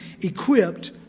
equipped